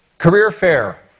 career fair.